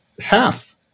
half